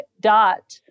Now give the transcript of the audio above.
dot